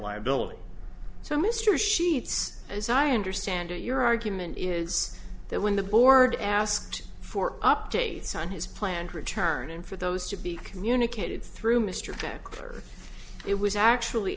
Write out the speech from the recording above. liability so mr sheets as i understand it your argument is that when the board asked for updates on his planned return in for those to be communicated through mr becker it was actually